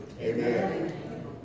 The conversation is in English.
Amen